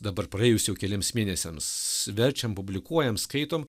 dabar praėjus jau keliems mėnesiams verčiam publikuojam skaitom